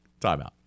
timeout